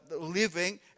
living